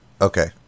Okay